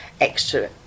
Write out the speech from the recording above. extra